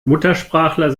muttersprachler